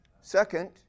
Second